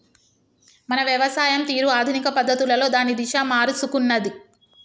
మన వ్యవసాయం తీరు ఆధునిక పద్ధతులలో దాని దిశ మారుసుకున్నాది